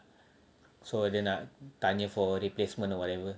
so dia nak tanya for replacement or whatever